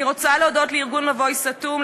אני רוצה להודות לארגון "מבוי סתום",